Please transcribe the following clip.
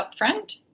upfront